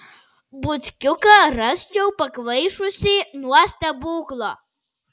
butkiuką rasčiau pakvaišusį nuo stebuklo